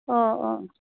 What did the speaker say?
अ' अ'